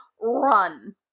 run